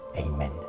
amen